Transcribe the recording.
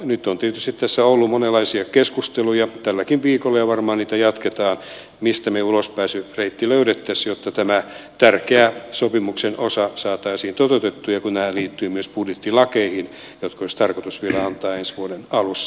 nyt on tietysti tässä ollut monenlaisia keskusteluja tälläkin viikolla ja varmaan niitä jatketaan mistä me ulospääsyreitti löydettäisiin jotta tämä tärkeä sopimuksen osa saataisiin toteutettua kun nämä liittyvät myös budjettilakeihin jotka olisi tarkoitus vielä antaa ensi vuoden alussa